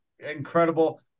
incredible